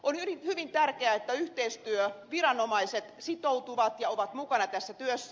on hyvin tärkeää että yhteistyöviranomaiset sitoutuvat ja ovat mukana tässä työssä